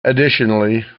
additionally